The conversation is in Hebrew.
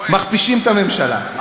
מכפישים את הממשלה,